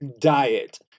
diet